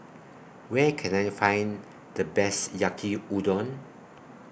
Where Can I Find The Best Yaki Udon